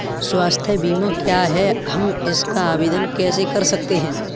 स्वास्थ्य बीमा क्या है हम इसका आवेदन कैसे कर सकते हैं?